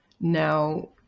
now